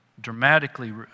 dramatically